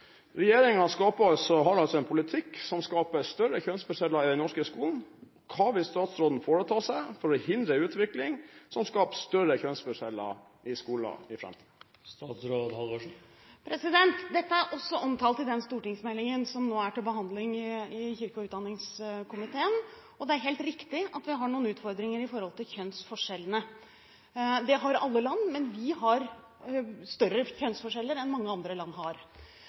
har altså en politikk som skaper større kjønnsforskjeller i den norske skolen. Hva vil statsråden foreta seg for å hindre en utvikling som skaper større kjønnsforskjeller i skolen i framtiden? Dette er også omtalt i den stortingsmeldingen som nå er til behandling i kirke- og utdanningskomiteen. Det er helt riktig at vi har noen utfordringer med kjønnsforskjellene. Det har alle land, men vi har større kjønnsforskjeller enn mange andre land har.